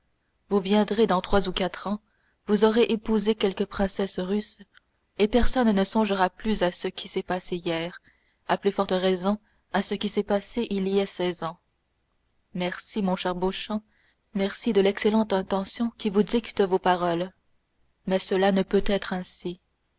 vous viendrez dans trois ou quatre ans vous aurez épousé quelque princesse russe et personne ne songera plus à ce qui s'est passé hier à plus forte raison à ce qui s'est passé il y a seize ans merci mon cher beauchamp merci de l'excellente intention qui vous dicte vos paroles mais cela ne peut être ainsi